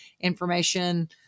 information